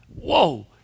Whoa